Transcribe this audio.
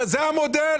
זה המודל.